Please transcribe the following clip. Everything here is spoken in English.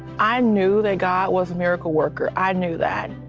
i knew that god was a miracle worker. i knew that.